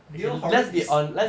niall horan is